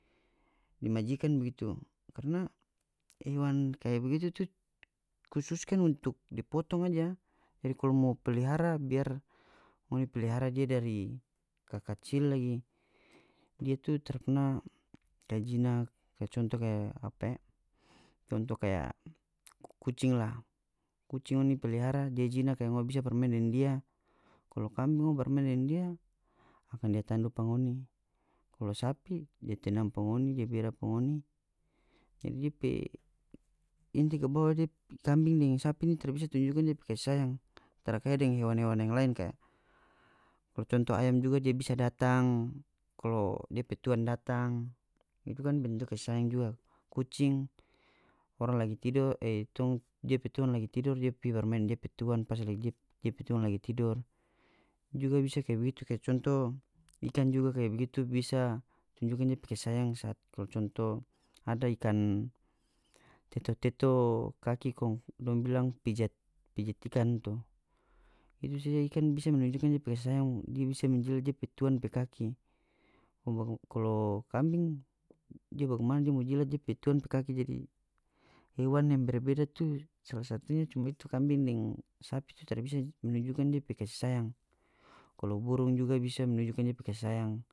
Di majikan bagitu karna hewan kaya bagitu tu kususkan untuk di potong aja jadi kalo mau pelihara biar ngoni pelihara dia dari kakacil lagi dia tu tara perna kaya jinak kaya contoh kaya contoh kaya apa e contoh kaya kucing lah kucing ngoni pelihara dia jinak kaya ngoni bisa barmaeng deng dia kalo kambing ngoni barmaeng deng dia akan dia tandu pa ngoni kalu sapi di tendang pa ngoni dia bera pa ngoni jadi dia pe inti kabawa dia kambing deng sapi ni tara bisa tunjukan dia pe kasih sayang tara kaya deng hewan-hewan yang lain kaya kalu contoh ayam juga dia bisa datang kalo dia pe tuang datang itu kan bentuk kasih sayang juga kucing orang lagi tidor e tong dia pe tuang lagi tidor dia pi bermaeng deng dia pe tuang pas lagi dia dia pe tuang lagi tidor juga bisa kaya begitu kaya contoh ikan juga bisa kaya begitu bisa tunjukan depe kasi sayang saat kalu contoh ada ikan teto-teto kaki kong dong bilang pijat pijit ikan tu itu saja ikan bisa menunjukan depe kasi sayang dia bisa menjilat depe tuan pe kaki kong kalo kambing dia bagimana dia mo jilat depe tuan pe kaki jadi hewan yang berbeda tu salah satunya cuma kambing deng sapi tu tara bisa menunjukan dia pe kasih sayang kalu burung juga bisa menunjukan depe kasih sayang.